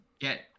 get